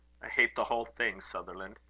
i hate the whole thing, sutherland.